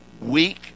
Weak